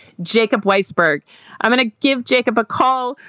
jacob weisberg i'm going to give jacob a call.